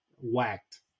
whacked